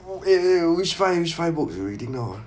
wait wait which five which five books you reading now